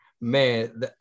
man